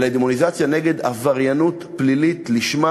אלא היא דמוניזציה נגד עבריינות פלילית לשמה